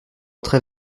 très